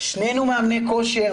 שנינו מאמני כושר,